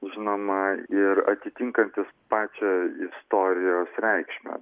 žinoma ir atitinkantis pačią istorijos reikšmę